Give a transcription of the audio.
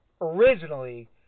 originally